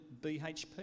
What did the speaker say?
BHP